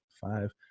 Five